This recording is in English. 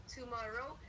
tomorrow